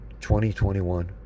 2021